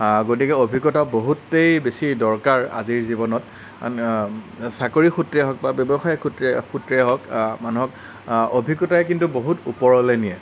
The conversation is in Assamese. গতিকে অভিজ্ঞতাও বহুতেই বেছি দৰকাৰ আজিৰ জীৱনত চাকৰী সূত্ৰেই হওক বা ব্যৱসায় সূত্ৰেই সূত্ৰেই হওক মানুহক অভিজ্ঞতাই কিন্তু বহুত ওপৰলৈ নিয়ে